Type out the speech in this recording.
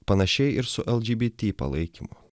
panašiai ir su eldžibity palaikymu